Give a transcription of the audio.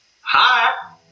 Hi